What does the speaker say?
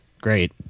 great